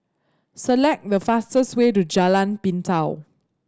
select the fastest way to Jalan Pintau